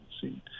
seen